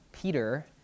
Peter